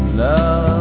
love